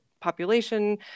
population